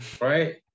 right